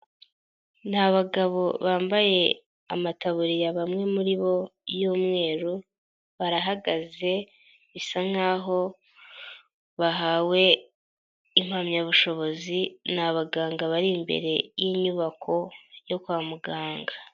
Ni abagabo bambaye amataburiya bamwe muri bo y'umweru, barahagaze bisa nkaho bahawe impamyabushobozi ni abaganga bari imbere y'inyubako yo kwa muganga.